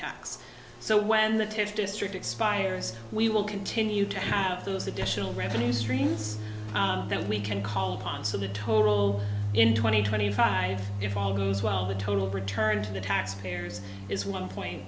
tax so when the tears district expires we will continue to have those additional revenue streams that we can call upon so the total in twenty twenty five if all goes well the total return to the taxpayers is one point